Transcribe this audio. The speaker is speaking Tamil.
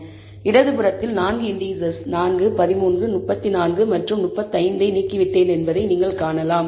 எனவே இடதுபுறத்தில் 4 இண்டீசெஸ் 4 13 34 மற்றும் 35 ஐ நீக்கிவிட்டேன் என்பதை நீங்கள் காணலாம்